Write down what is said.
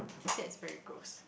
that is very gross